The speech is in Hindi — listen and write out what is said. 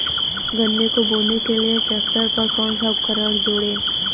गन्ने को बोने के लिये ट्रैक्टर पर कौन सा उपकरण जोड़ें?